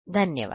धन्यवाद